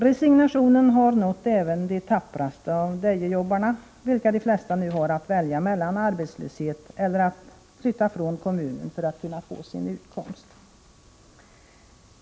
Resignationen har nått även de tappraste av Dejejobbarna, av vilka de flesta nu har att välja mellan arbetslöshet eller att flytta från kommunen för att kunna få sin utkomst.